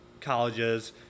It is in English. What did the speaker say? colleges